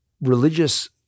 religious